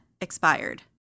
expired